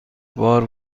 بار